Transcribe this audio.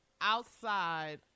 outside